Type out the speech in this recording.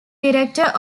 director